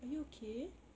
are you okay